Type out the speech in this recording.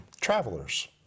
Travelers